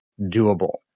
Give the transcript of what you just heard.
Doable